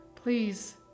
Please